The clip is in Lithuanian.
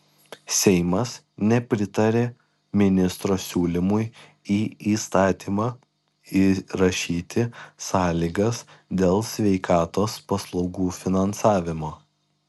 seimas nepritarė ministro siūlymui į įstatymą įrašyti sąlygas dėl sveikatos paslaugų finansavimo